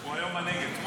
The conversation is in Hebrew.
הוא היום בנגב.